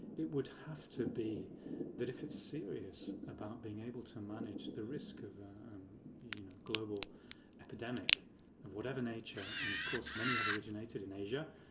it would have to be that if it's serious about being able to manage the risk of global epidemic of whatever nature, and of course many have originated in asia,